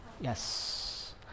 yes